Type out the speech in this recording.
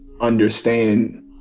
understand